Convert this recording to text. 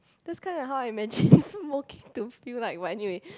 that's kind of how I imagine smoking to feel like but anyway